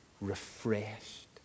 refreshed